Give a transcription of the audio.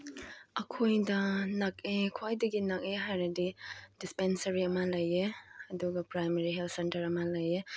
ꯑꯩꯈꯣꯏꯗ ꯅꯛꯑꯦ ꯈ꯭ꯋꯥꯏꯗꯒꯤ ꯅꯛꯑꯦ ꯍꯥꯏꯔꯗꯤ ꯗꯤꯁꯄꯦꯟꯁꯔꯤ ꯑꯃ ꯂꯩꯌꯦ ꯑꯗꯨꯒ ꯄ꯭ꯔꯥꯏꯝꯃꯔꯤ ꯍꯦꯜꯠ ꯁꯦꯟꯇꯔ ꯑꯃ ꯂꯩꯌꯦ